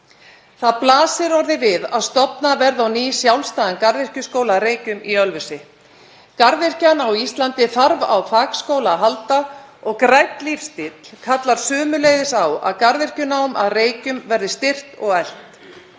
Það blasir orðið við að stofna verði á ný sjálfstæðan garðyrkjuskóla á Reykjum í Ölfusi. Garðyrkjan á Íslandi þarf á fagskóla halda og grænn lífsstíll kallar sömuleiðis á að garðyrkjunám að Reykjum verði styrkt og eflt.